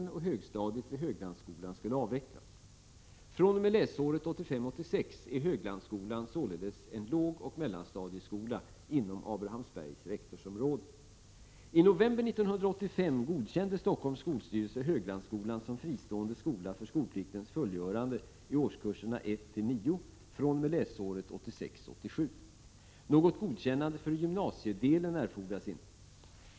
I november 1985 godkände Stockholms skolstyrelse Höglandsskolan som fristående skola för skolpliktens fullgörande i årskurserna 1-9 fr.o.m. läsåret 1986/87. Något godkännande för gymnasiedelen erfordras inte.